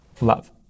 love